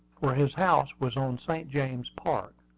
for his house was on st. james park,